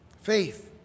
faith